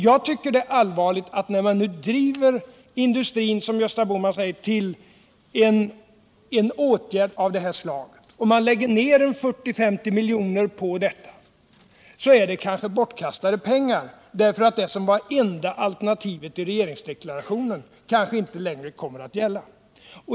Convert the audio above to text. Jag tycker att det är allvarligt att man driver industrin till en åtgärd av det här slaget och det läggs ned 40 å 50 milj.kr. på projektet, som sedan kanske visar sig vara bortkastade pengar. Det som i regeringsdeklarationen framställdes som enda alternativet kommer kanske inte längre att gälla.